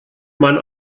man